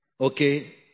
Okay